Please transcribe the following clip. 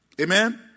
Amen